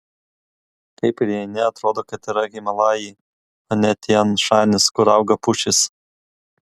kai prieini atrodo kad yra himalajai o ne tian šanis kur auga pušys